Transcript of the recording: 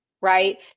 right